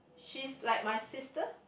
she's like my sister